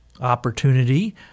opportunity